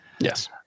Yes